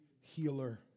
healer